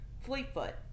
Fleetfoot